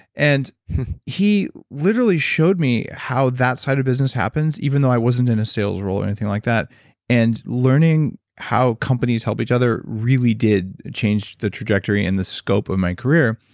and he literally showed me how that side of business happens, even though i wasn't in a sales role or anything like that and learning how companies help each other, really did change the trajectory and the scope of my career.